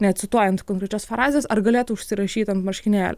necituojant konkrečios frazės ar galėtų užsirašyt ant marškinėlių